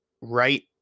right